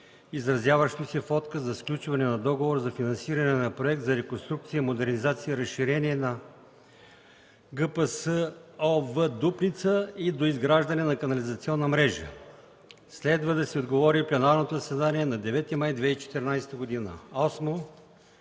изразяващо се в отказ за сключване на договор за финансиране на проект за „Реконструкция, модернизация и разширение на ГПСОВ – Дупница и доизграждане на канализационна мрежа”. Следва да се отговори в пленарното заседание на 9 май 2014 г.